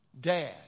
Dad